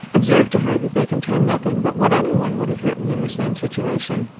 observed to her that they contained nothing but what any one would have written in the same situation.